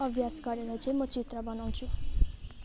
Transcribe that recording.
अभ्यास गरेर चाहिँ म चित्र बनाउँछु